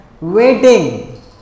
Waiting